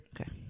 Okay